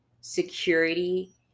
security